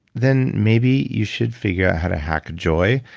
then maybe you should figure out how to hack joy,